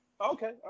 Okay